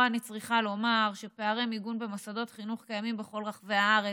פה אני צריכה לומר שפערי מיגון במוסדות חינוך קיימים בכל רחבי הארץ.